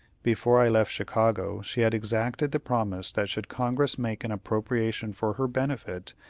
before i left chicago she had exacted the promise that should congress make an appropriation for her benefit,